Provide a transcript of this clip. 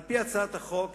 על-פי הצעת החוק,